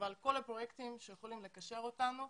אבל כל שיהיו פרויקטים שיכולים לקשר בינינו.